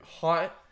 hot